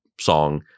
song